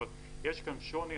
אבל יש כאן שוני.